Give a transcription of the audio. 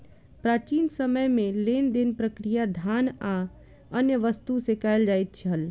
प्राचीन समय में लेन देन प्रक्रिया धान आ अन्य वस्तु से कयल जाइत छल